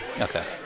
Okay